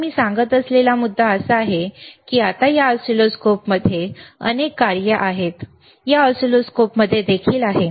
तर मी सांगत असलेला मुद्दा असा आहे की आता या ऑसिलोस्कोपमध्ये अनेक कार्ये आहेत या ऑसिलोस्कोपमध्ये देखील आहे